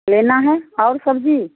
लेना है और सब्ज़ी